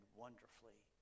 wonderfully